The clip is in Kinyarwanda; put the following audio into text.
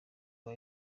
rwa